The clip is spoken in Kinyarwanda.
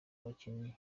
abakinnyi